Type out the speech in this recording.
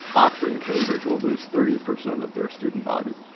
oxford and cambridge will lose thirty percent of their student body.